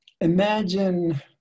imagine